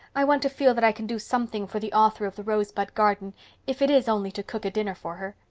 i want to feel that i can do something for the author of the rosebud garden if it is only to cook a dinner for her.